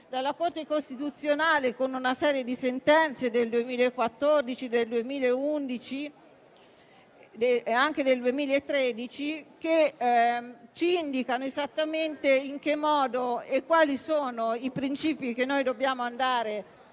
dalla Corte costituzionale, con una serie di sentenze del 2014, del 2011 e anche del 2013, che ci indicano esattamente in che modo e quali principi dobbiamo andare a